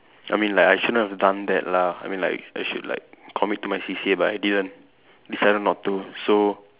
I mean like I shouldn't have done that lah I mean like I should like commit to my C_C_A but I didn't decided not to so